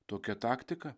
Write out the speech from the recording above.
tokia taktika